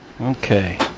Okay